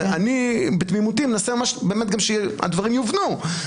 אני בתמימותי מנסה שהדברים גם יובנו.